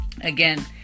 Again